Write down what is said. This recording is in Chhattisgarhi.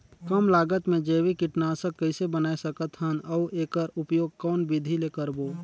कम लागत मे जैविक कीटनाशक कइसे बनाय सकत हन अउ एकर उपयोग कौन विधि ले करबो?